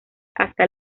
hasta